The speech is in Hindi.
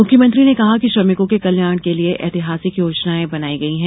मुख्यमंत्री ने कहा कि श्रमिकों के कल्याण के लिये ऐतिहासिक योजनायें बनाई गयी हैं